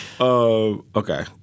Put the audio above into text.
Okay